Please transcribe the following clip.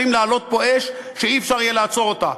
יכולים להעלות פה אש שאי-אפשר יהיה לעצור אותה,